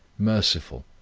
merciful,